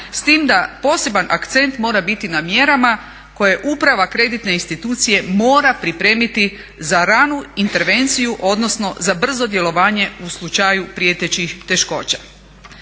s tim da poseban akcent mora biti na mjerama koje uprava kreditne institucije mora pripremiti za ranu intervenciju, odnosno za brzo djelovanje u slučaju prijetećih teškoća.